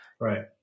Right